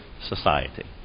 society